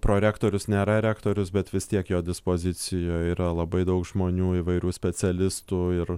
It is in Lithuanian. prorektorius nėra rektorius bet vis tiek jo dispozicijoj yra labai daug žmonių įvairių specialistų ir